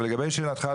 לגבי שאלתך,